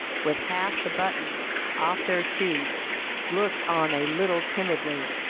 with half the buttons off their shoes looked on a little timidly,